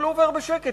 אבל הוא עובר בשקט,